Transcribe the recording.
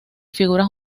figuras